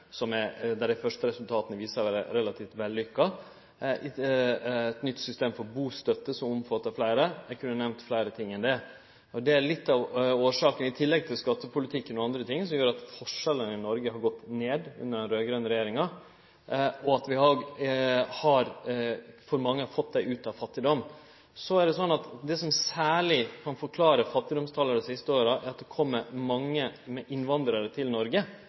kvalifiseringsprogrammet – der dei første resultata viser seg å vere relativt vellykka – og eit nytt system for bustønad som omfattar fleire. Eg kunne ha nemnt fleire ting enn det. Det er litt av årsaka, i tillegg til skattepolitikken og andre ting, til at forskjellane i Noreg har gått ned under den raud-grøne regjeringa, og at vi har fått mange ut av fattigdom. Det som særleg kan forklare fattigdomstala dei siste åra, er at det kjem mange innvandrarar til Noreg.